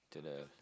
to the